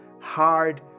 hard